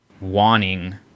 wanting